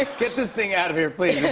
ah get this thing out of here, please.